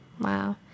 Wow